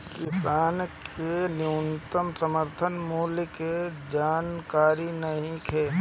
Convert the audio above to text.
किसान के न्यूनतम समर्थन मूल्य के जानकारी नईखे